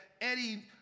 Eddie